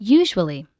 usually